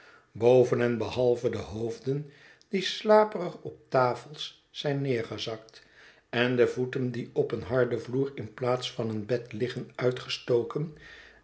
en behalve de hoofden die slaperig op tafels zijn neergezakt en de voeten die op een harden vloer in plaats van een bed liggen uitgestoken